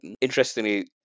Interestingly